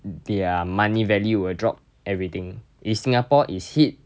their money value will drop everything if singapore is hit